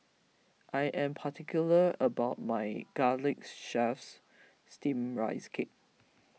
I am particular about my Garlic Chives Steamed Rice Cake